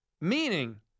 Meaning